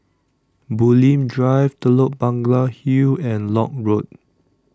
Bulim Drive Telok Blangah Hill and Lock Road